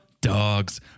dogs